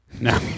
No